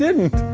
didn't.